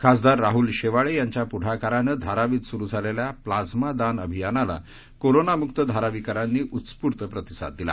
खासदार राहुल शेवाळे यांच्या पुढाकारानं धारावीत सुरू झालेल्या प्लाइमा दान अभियानाला कोरोनामुक्त धारावीकरांनी उस्फुर्त प्रतिसाद दिला